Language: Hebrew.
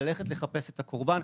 ללכת לחפש את הקורבן,